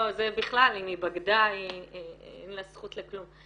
כן, לא, זה בכלל אם היא בגדה אין לה זכות לכלום.